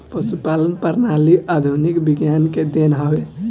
पशुपालन प्रणाली आधुनिक विज्ञान के देन हवे